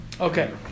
Okay